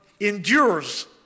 endures